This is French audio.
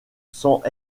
sans